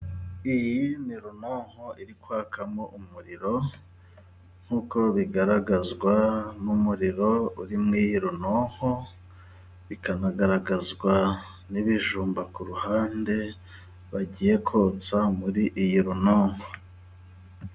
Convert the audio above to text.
Iyi ni runonko iri kwakamo umuriro, nkuko bigaragazwa n'umuriro uri mu iyi runonko, bikanagaragazwa n'ibijumba ku ruhande bagiye kotsa muri iyi runonko.